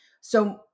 So-